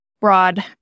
broad